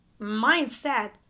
mindset